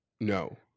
No